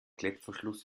klettverschluss